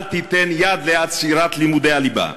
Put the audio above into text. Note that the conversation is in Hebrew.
אל תיתן יד לעצירת לימודי הליבה.